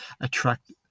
attract